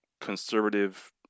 conservative